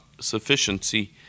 sufficiency